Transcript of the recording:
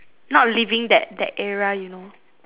not living that that era you know